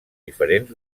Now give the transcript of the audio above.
diferents